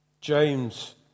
James